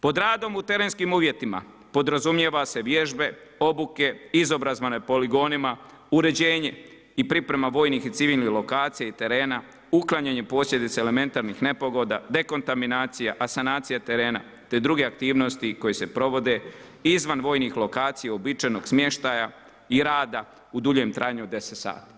Pod radom u terenskim uvjetima podrazumijeva se vježbe, obuke, izobrazba na poligonima, uređenje i priprema vojnih i civilnih lokacija i terena, uklanjanje posljedica elementarnih nepogoda, dekontaminacija, asanacija terena te druge aktivnosti koje se provode izvan vojnih lokacija uobičajenog smještaja i rada u duljem trajanju od 10 sati.